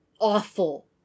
awful